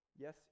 yes